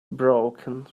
broken